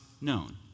known